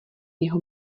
jeho